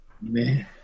Man